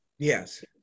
Yes